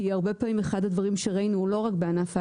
כי הרבה פעמים אחד הדברים שראינו ולא רק בענף ההיי-טק,